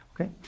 okay